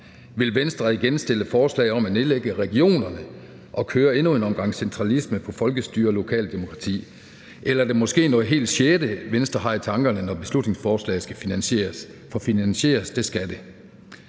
Vil Venstre igen stille forslag om at nedlægge regionerne og køre endnu en omgang centralisering af folkestyre og lokaldemokrati? Eller er det måske noget helt sjette, Venstre har i tankerne, når beslutningsforslaget skal finansieres? For finansieres – det skal det